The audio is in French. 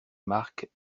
marque